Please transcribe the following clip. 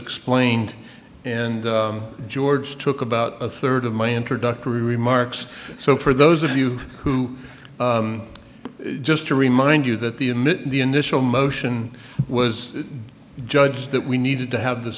explained and george took about a third of my introductory remarks so for those of you who just to remind you that the the initial motion was judged that we needed to have the